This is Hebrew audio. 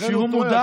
מיעוט שהוא מודר?